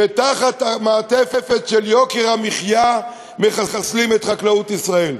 שתחת המעטפת של יוקר המחיה מחסלים את חקלאות ישראל,